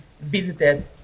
visited